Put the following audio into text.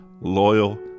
loyal